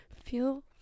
feel